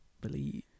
Believe